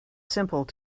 simple